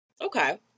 okay